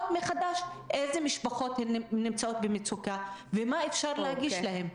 מחדש איזה משפחות נמצאות במצוקה ומה אפשר להגיש להן.